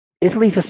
Italy's